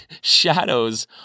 shadows